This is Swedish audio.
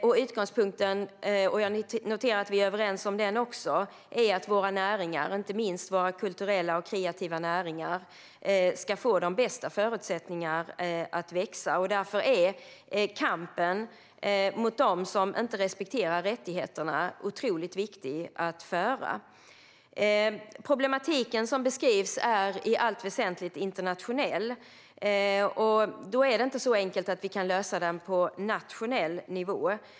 Jag noterar att vi är överens om utgångspunkten att våra näringar - inte minst våra kulturella och kreativa näringar - ska få de bästa förutsättningar att växa. Därför är kampen mot dem som inte respekterar rättigheterna otroligt viktig att föra. Problematiken som beskrivs är i allt väsentligt internationell. Då är det inte så enkelt att man kan lösa den på nationell nivå.